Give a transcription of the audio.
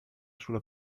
sulla